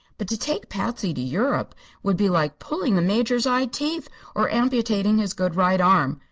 but to take patsy to europe would be like pulling the major's eye teeth or amputating his good right arm.